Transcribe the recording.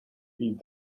feed